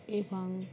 এবং